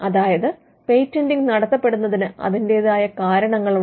അതായത് പേറ്റന്റിങ് നടത്തപെടുന്നതിന് അതിന്റെതായ കാരണങ്ങളുണ്ട്